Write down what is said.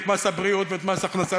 את מס הבריאות ואת מס הכנסה,